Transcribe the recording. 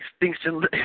extinction